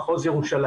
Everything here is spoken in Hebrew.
יותר מאוחר',